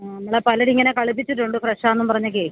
ആ നമ്മളെ പലരുമിങ്ങനെ കളിപ്പിച്ചിട്ടുണ്ട് ഫ്രെഷാണെന്നും പറഞ്ഞൊക്കെ